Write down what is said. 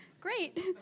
great